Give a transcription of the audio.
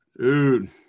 dude